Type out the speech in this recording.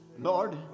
Lord